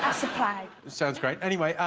that's the plan. sounds great. anyway,